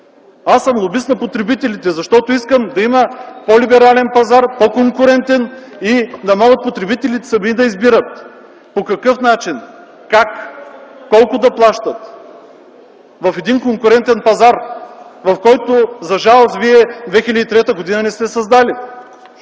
Аз съм лобист на потребителите, защото искам да има по-либерален и по-конкурентен пазар и потребителите да могат сами да избират по какъв начин, как, колко да плащат в един конкурентен пазар, който, за жалост, вие през 2003 г. не сте създали.